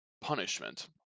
punishment